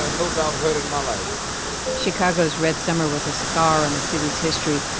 ah no doubt, heard in my life chicago's red summer was a scar on the city's history,